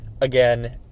Again